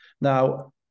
Now